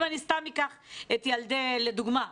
לדוגמא,